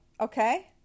okay